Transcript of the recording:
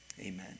Amen